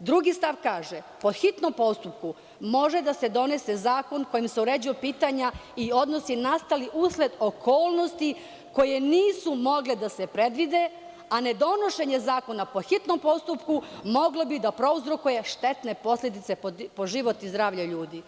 2. kaže – po hitnom postupku može da se donese zakon kojim se uređuju pitanja i odnosi nastali usled okolnosti koje nisu mogle da se predvide, a nedonošenje zakona po hitnom postupku moglo bi da prouzrokuje štetne posledice po život i zdravlje ljudi.